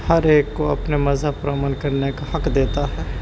ہر ایک کو اپنے مذہب پر عمل کرنے کا حق دیتا ہے